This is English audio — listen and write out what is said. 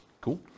Cool